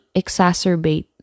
exacerbate